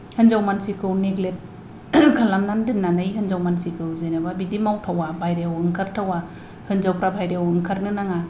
हिनजाव मानसिखौ नेग्लेट खालामनानै दोननानै हिनजाव मानसिखौ जेनेबा बिदि मावथावा बाहेराव ओंखारथावा हिनजावफ्रा बायहेरायाव ओंखारनो नाङा